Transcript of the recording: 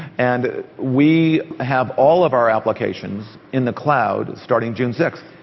and we have all of our applications in the cloud. starting june sixth.